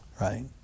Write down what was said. Right